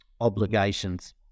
obligations